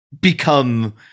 become